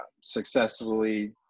successfully